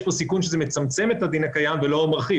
יש פה סיכון שזה מצמצם את הדין הקיים ולא מרחיב.